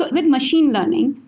with machine learning,